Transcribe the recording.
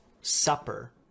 supper